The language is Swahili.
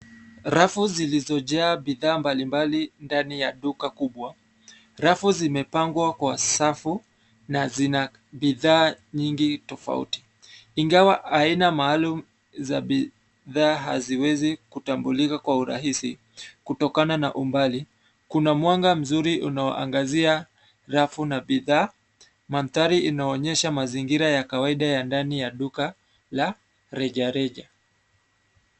Rafu zilizojaa bidhaa mbali mbali ndani ya duka kubwa, rafu zimepangwa kwa safu, na zina, bidhaa, nyingi, tofauti, ingawa aina maalum, za bidhaa, haziwezi kutambulika kwa urahisi, kutokana na umbali, kuna mwanga mzuri unaoangazia, rafu na bidhaa, mandhari inaonyesha mazingira ya kawaida ya ndani ya duka, la, rejareja.